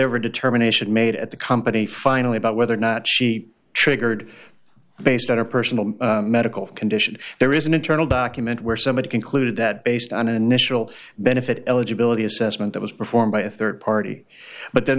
ever a determination made at the company finally about whether or not she triggered based on her personal medical condition there is an internal document where somebody concluded that based on an initial benefit eligibility assessment it was performed by a rd party but then